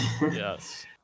Yes